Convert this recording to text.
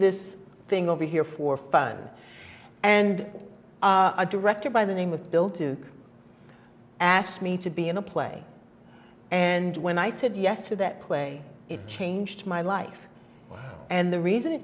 this thing over here for fun and i directed by the name of bill to asked me to be in a play and when i said yes to that play it changed my life and the reason it